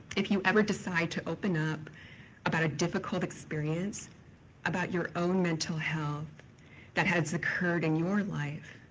if you ever decide to open up about a difficult experience about your own mental health that has occurred in your life,